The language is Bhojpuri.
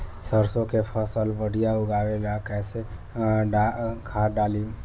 सरसों के फसल बढ़िया उगावे ला कैसन खाद डाली?